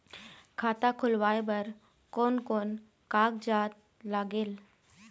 खाता खुलवाय बर कोन कोन कागजात लागेल?